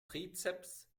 trizeps